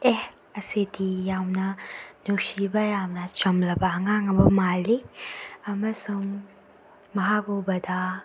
ꯑꯦ ꯑꯁꯤꯗꯤ ꯌꯥꯝꯅ ꯅꯨꯡꯁꯤꯕ ꯌꯥꯝꯅ ꯆꯝꯂꯕ ꯑꯉꯥꯡ ꯑꯃ ꯃꯥꯜꯂꯤ ꯑꯃꯁꯨꯡ ꯃꯍꯥꯛ ꯎꯕꯗ